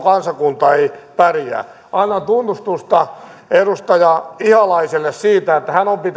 kansakunta ei pärjää annan tunnustusta edustaja ihalaiselle siitä että hän on pitänyt